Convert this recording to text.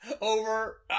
Over